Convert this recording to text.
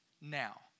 now